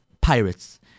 Pirates